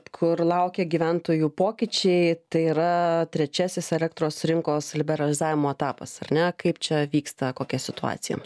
kur laukia gyventojų pokyčiai tai yra trečiasis elektros rinkos liberalizavimo etapas ar ne kaip čia vyksta kokia situacija